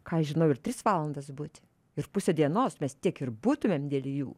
ką aš žinau ir tris valandas būti ir pusę dienos mes tiek ir būtumėm dėl jų